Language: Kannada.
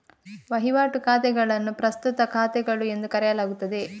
ವಹಿವಾಟು ಖಾತೆಗಳನ್ನು ಪ್ರಸ್ತುತ ಖಾತೆಗಳು ಎಂದು ಕರೆಯಲಾಗುತ್ತದೆ